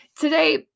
today